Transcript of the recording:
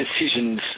decisions